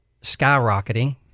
skyrocketing